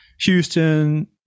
Houston